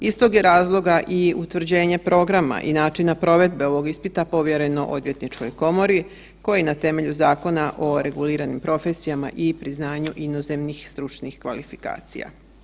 Iz tog je razloga i utvrđenje programa i načina provedbe ovog ispita povjereno HOK-u koji na temelju Zakona o reguliranju profesijama i priznanju inozemnih stručnih kvalifikacija.